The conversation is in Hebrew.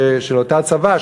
של אותו צבא,